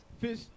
Fish